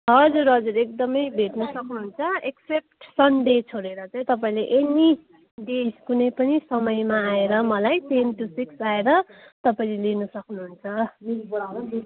हजुर हजुर एकदमै भेट्नु सक्नुहुन्छ एक्सेप्ट सन्डे छोडेर चाहिँ तपाईँले एनी डे कुनै पनि समयमा आएर मलाई टेन टु सिक्स आएर तपाईँले लिन सक्नुहुन्छ